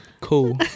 cool